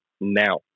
now